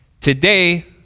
Today